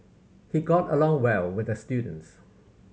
he got along well with the students